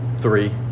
three